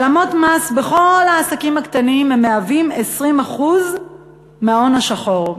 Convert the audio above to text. העלמות מס בכל העסקים הקטנים הן 20% מההון השחור.